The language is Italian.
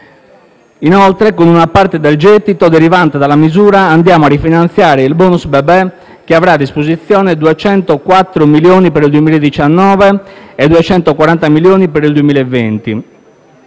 Inoltre, con una parte del gettito derivante dalla misura andiamo a rifinanziare il *bonus* bebè, che avrà a disposizione 204 milioni per il 2019 e 240 milioni per il 2020.